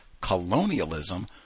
colonialism